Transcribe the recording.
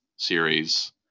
series